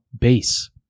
base